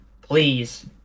please